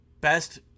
best